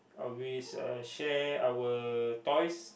always uh share our toys